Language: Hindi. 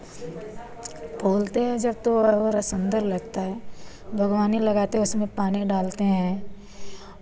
फूलते हैं जब तो और सुंदर लगता है बाग़बानी लगाते हैं उसमें पानी डालते हैं